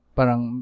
parang